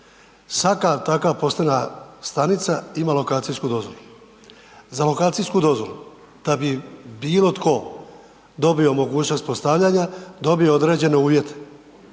svaka takva postavljena stanica ima lokacijsku dozvolu. Za lokacijsku dozvolu da bi bilo tko dobio mogućnost postavljanja dobio određene uvjete